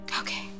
Okay